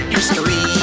History